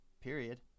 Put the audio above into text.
Period